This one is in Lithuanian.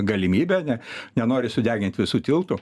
galimybę ne nenori sudegint visų tiltų